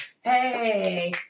Hey